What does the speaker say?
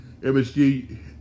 MSG